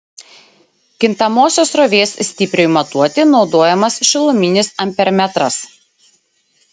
kintamosios srovės stipriui matuoti naudojamas šiluminis ampermetras